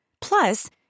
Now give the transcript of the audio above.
Plus